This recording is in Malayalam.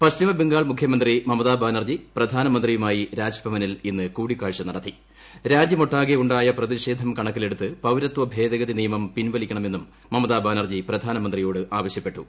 പശ്ചിമബംഗാൾ മുഖ്യമന്ത്രി മമതാ ബ്രാ്നർജി പ്രധാനമന്ത്രിയുമായി രാജ്ഭവനിൽ ഇന്ന് കൂടിക്കാഴ്ച നടത്തിട്ട് ് രാജ്യമൊട്ടാകെ ഉണ്ടായ പ്രതിഷേധം കണക്കിലെടുത്ത് പൌരത്വ ഭേദഗതി നിയമം പിൻവലിക്കണമെന്നും മമതബാന്റർജീപ്രപ്രധാനമന്ത്രിയോട് ആവശ്യപ്പെട്ടു